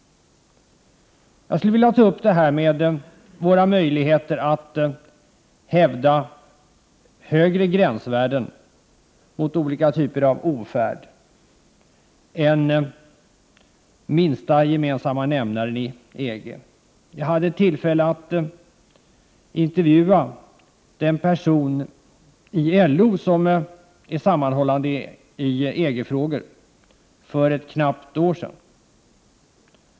| Jag skulle vilja ta upp våra möjligheter att hävda högre gränsvärden mot olika typer av ofärd än den minsta gemensamma nämnaren i EG. Jag hade för knappt ett år sedan tillfälle att intervjua den person i LO som är | sammanhållande i EG-frågor.